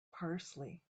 parsley